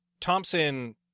Thompson